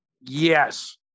Yes